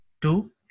two